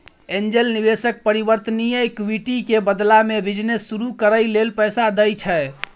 angel निवेशक परिवर्तनीय equity के बदला में बिजनेस शुरू करइ लेल पैसा दइ छै